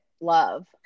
love